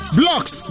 blocks